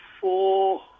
four